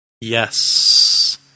Yes